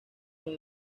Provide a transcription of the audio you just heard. son